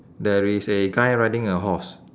there is a guy riding a horse